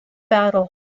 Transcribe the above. battle